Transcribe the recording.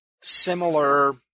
similar